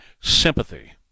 sympathy